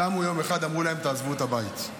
קמו יום אחד ואמרו להם: תעזבו את הבית.